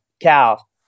Cal